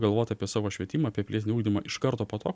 galvot apie savo švietimą apie pilietinį ugdymą iš karto po to